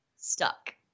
Stuck